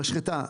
המשחטה מובילה,